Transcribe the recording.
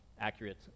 accurate